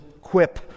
quip